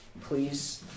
Please